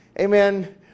Amen